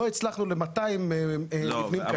לא הצלחנו ל-200 מבנים כאלה.